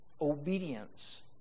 obedience